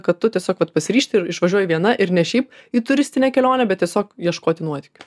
kad tu tiesiog pasiryžti ir išvažiuoji viena ir ne šiaip į turistinę kelionę bet tiesiog ieškoti nuotykių